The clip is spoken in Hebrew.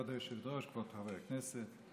כבוד היושב-ראש, כבוד חברי הכנסת,